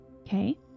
okay